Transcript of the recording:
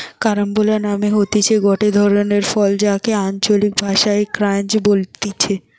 carambola মানে হতিছে গটে ধরণের ফল যাকে আঞ্চলিক ভাষায় ক্রাঞ্চ বলতিছে